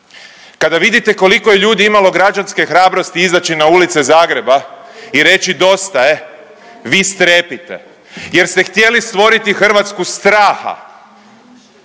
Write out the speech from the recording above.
vi bojite koliko je ljudi imalo građanske hrabrosti izaći na ulice Zagreba i reći dosta je vi strepite, jer ste htjeli stvoriti Hrvatsku straha,